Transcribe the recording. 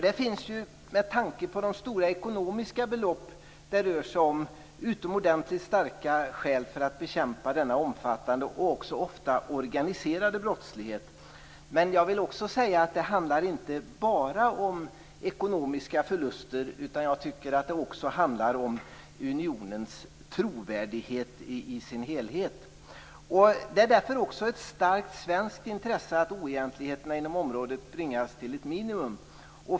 Det finns med tanke på de stora ekonomiska belopp det rör sig om utomordentligt starka skäl för att bekämpa denna omfattande och ofta också organiserade brottslighet. Men jag vill också säga att det inte bara handlar om ekonomiska förluster. Jag tycker att det även handlar om unionens trovärdighet i dess helhet. Det är därför också ett starkt svenskt intresse att oegentligheterna inom området bringas till ett minimum.